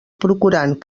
procurant